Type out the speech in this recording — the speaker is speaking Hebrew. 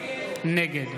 נגד